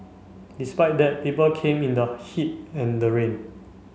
despite that people came in the heat and the rain